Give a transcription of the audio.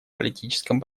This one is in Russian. политическом